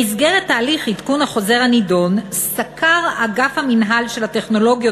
במסגרת הליך עדכון החוזר הנדון סקר אגף מינהל טכנולוגיות